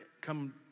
come